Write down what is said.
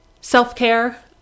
self-care